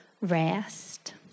rest